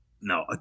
no